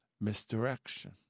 Misdirection